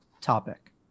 topic